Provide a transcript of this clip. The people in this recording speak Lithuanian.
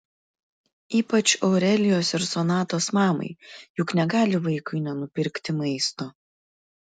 ypač aurelijos ir sonatos mamai juk negali vaikui nenupirkti maisto